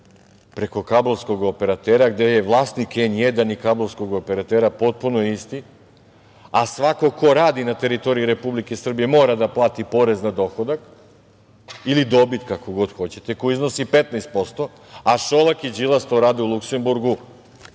preko kablovskog operatera, a gde je vlasnik N1 i kablovskog operatera potpuno isti, a svako ko radi na teritoriji Republike Srbije mora da plati porez na dohodak ili dobit, kako hoćete, koji iznosi 15%, a Šolak i Đilas to rade u Luksemburgu,